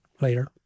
later